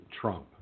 Trump